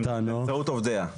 באמצעות עובדיה.